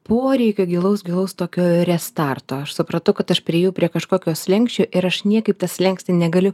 poreikio gilaus gilaus tokio restarto aš supratau kad aš priėjau prie kažkokio slenksčio ir aš niekaip tą slenkstį negaliu